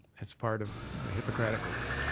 it's part of the hypocratic oath.